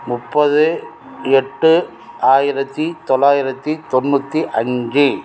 முப்பது எட்டு ஆயிரத்தி தொள்ளாயிரத்தி தொண்ணூற்றி அஞ்சு